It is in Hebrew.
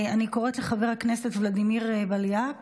אני קוראת לחבר הכנסת ולדימיר בליאק